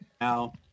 Now